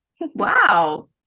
wow